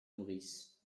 nourrice